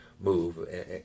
move